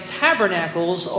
tabernacles